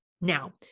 Now